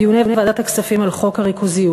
בדיוני ועדת הכספים על חוק הריכוזיות,